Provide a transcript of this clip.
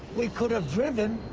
we could have driven.